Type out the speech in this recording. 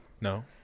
No